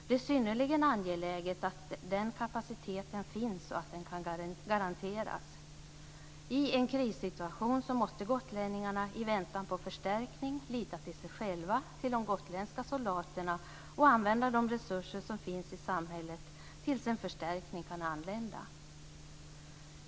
Det är synnerligen angeläget att den kapaciteten finns och att den kan garanteras. I en krissituation måste gotlänningarna i väntan på förstärkning lita till sig själva, till de gotländska soldaterna och använda de resurser som finns i samhället tills en förstärkning kan anlända.